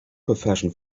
profession